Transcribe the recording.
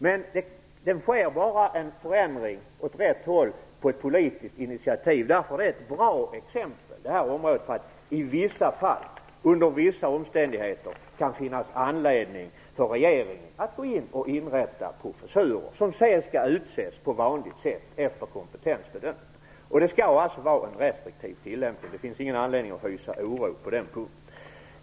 Men en förändring åt rätt håll sker bara på ett politiskt initiativ. Därför är det här området ett bra exempel på att det i vissa fall, under vissa omständigheter, kan finnas anledning för regeringen att gå in och inrätta professurer. Innehavarna skall sedan utses på vanligt sätt, efter kompetensbedömning. Det skall alltså vara en restriktiv tillämpning. Det finns ingen anledning att hysa oro på den punkten.